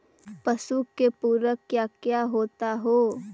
पशु के पुरक क्या क्या होता हो?